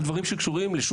על דברים שקשורים למשכנתאות,